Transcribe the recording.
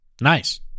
Nice